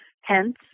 Hence